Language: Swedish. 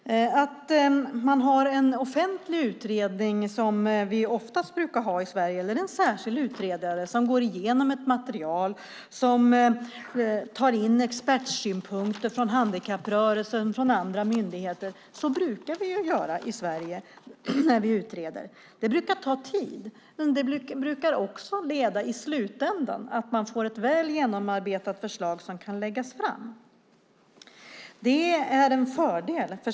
I Sverige brukar vi ju ha offentliga utredningar eller en särskild utredare som går igenom ett material och tar in expertsynpunkter från handikapprörelsen och andra myndigheter. Det brukar ta tid, men det brukar i slutändan leda till ett väl genomarbetat förslag som kan läggas fram. Det är en fördel.